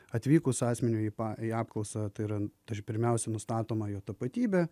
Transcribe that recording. atvykus asmeniui į pa į apklausą tai yra ta pirmiausia nustatoma jo tapatybė